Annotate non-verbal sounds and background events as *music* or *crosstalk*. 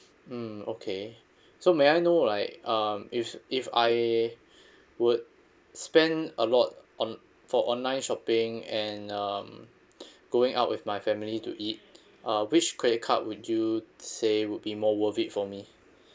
hmm okay so may I know like um if if I would spend a lot on for online shopping and um *breath* going out with my family to eat uh which credit card would you say would be more worth it for me